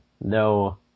no